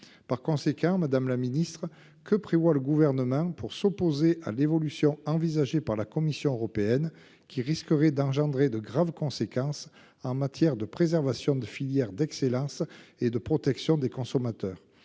Par conséquent, Madame la Ministre que prévoit le gouvernement pour s'opposer à l'évolution, envisagée par la Commission européenne qui risquerait d'engendrer de graves conséquences en matière de préservation de filières d'excellence et de protection des consommateurs.